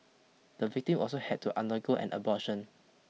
the victim also had to undergo an abortion